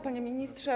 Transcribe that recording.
Panie Ministrze!